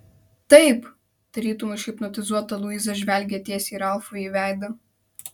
taip tarytum užhipnotizuota luiza žvelgė tiesiai ralfui į veidą